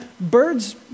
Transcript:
birds